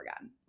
again